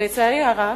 לצערי הרב,